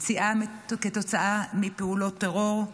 פציעה כתוצאה מפעולות טרור,